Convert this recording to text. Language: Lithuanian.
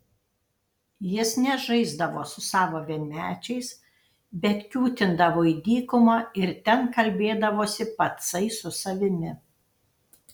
jis nežaisdavo su savo vienmečiais bet kiūtindavo į dykumą ir ten kalbėdavosi patsai su savimi